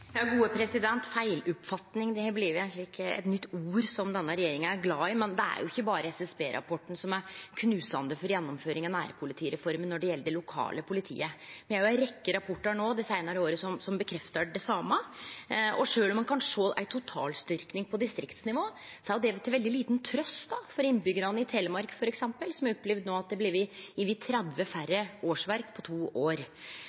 har blitt eit nytt ord som denne regjeringa er glad i, men det er jo ikkje berre SSB-rapporten som er knusande for gjennomføringa av nærpolitireforma når det gjeld det lokale politiet. Me har òg ei rekkje rapportar dei seinare åra som bekreftar det same. Og sjølv om ein kan sjå ei totalstyrking på distriktsnivå, er det til lita trøyst for innbyggjarane i Telemark, f.eks., som har opplevd at det har blitt over 30 færre årsverk på to år.